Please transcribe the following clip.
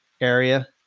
area